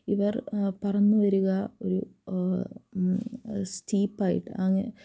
ഇവർ പറന്നു വരുക സ്റ്റീപ്പായിട്ട്